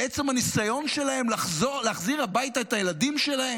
לעצם הניסיון שלהם להחזיר הביתה את הילדים שלהם.